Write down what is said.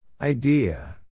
idea